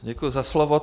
Děkuji za slovo.